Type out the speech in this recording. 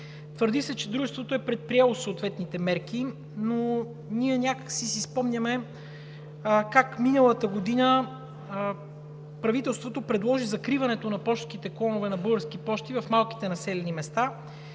Твърди се, че дружеството е предприело съответните мерки, но някак си ние си спомняме как миналата година правителството предложи закриването на пощенските клонове на Български пощи в малките населени места.